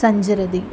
सञ्चरति